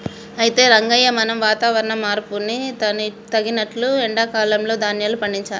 అయితే రంగయ్య మనం వాతావరణ మార్పును తగినట్లు ఎండా కాలంలో ధాన్యాలు పండించాలి